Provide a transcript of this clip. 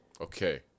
Okay